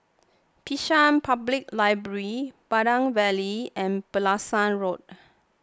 Bishan Public Library Pandan Valley and Pulasan Road